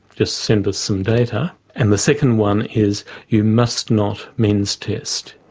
just send us some data, and the second one is you must not means test.